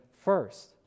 First